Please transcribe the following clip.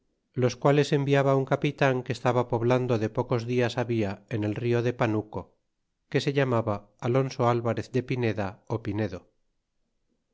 los quales enviaba un capitan que estaba poblando de pocos dias habla en el rió de panuco que se llamaba alonso alvarez de pineda ó pinedo